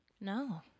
No